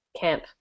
Camp